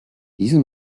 diese